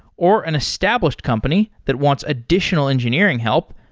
or an established company that wants additional engineering help,